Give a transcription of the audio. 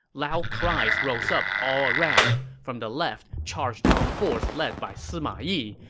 loud cries rose up all around. from the left charged out a force led by sima yi,